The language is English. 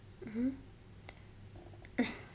mmhmm